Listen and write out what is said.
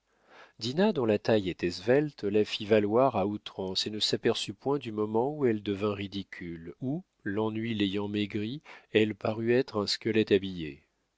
dinah dont la taille était svelte la fit valoir à outrance et ne s'aperçut point du moment où elle devint ridicule où l'ennui l'ayant maigrie elle parut être un squelette habillé